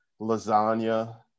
lasagna